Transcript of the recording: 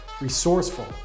resourceful